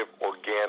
organic